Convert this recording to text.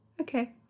Okay